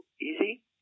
easy